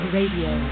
Radio